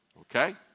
okay